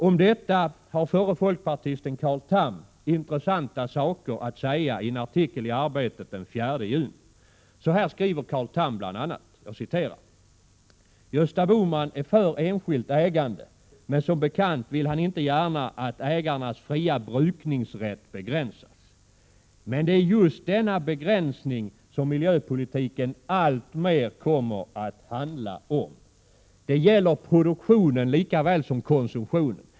Om detta har förre folkpartisten Carl Tham intressanta saker att säga i en artikel i Arbetet den 4 juni. Så här skriver Carl Tham bl.a.: ”Gösta Bohman är för enskilt ägande —- men som bekant vill han inte gärna att ägarnas fria brukningsrätt begränsas. Men det är just denna begränsning som miljöpolitiken alltmer kommer att handla om. Det gäller produktionen likaväl som konsumtionen.